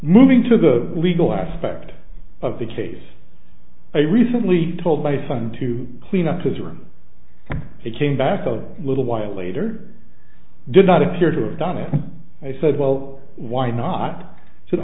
moving to the legal aspect of the case i recently told my son to clean up his room he came back a little while later did not appear to have done it i said well why not